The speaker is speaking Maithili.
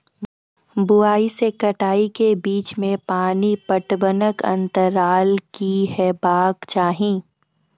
बुआई से कटाई के बीच मे पानि पटबनक अन्तराल की हेबाक चाही?